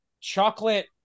chocolate